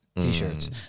t-shirts